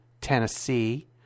Tennessee